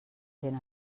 gent